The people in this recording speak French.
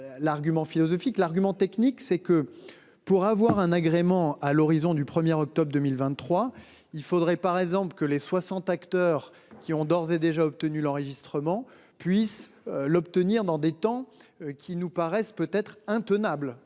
l'argument technique c'est que pour avoir un agrément à l'horizon du premier octobre 2023. Il faudrait par exemple que les 60 acteurs qui ont d'ores et déjà obtenu l'enregistrement puissent l'obtenir dans des temps qui nous paraissent peut être intenable.